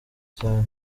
cyane